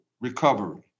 recovery